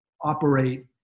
operate